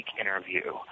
interview